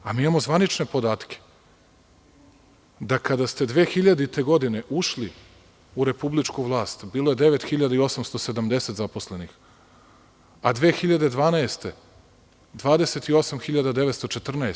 A mi imamo zvanične podatke, da kada ste 2000. godine ušli u republičku vlast, bilo je 9.870 zaposlenih, a 2012. godine 28.914.